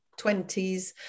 20s